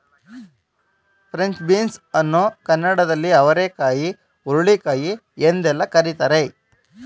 French beans ಅನ್ನು ಕನ್ನಡದಲ್ಲಿ ಅವರೆಕಾಯಿ ಹುರುಳಿಕಾಯಿ ಎಂದೆಲ್ಲ ಕರಿತಾರೆ